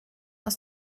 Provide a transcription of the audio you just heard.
aus